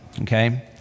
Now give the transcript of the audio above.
okay